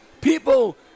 People